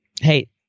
hey